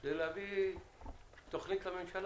זה להביא תוכנית לממשלה.